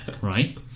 Right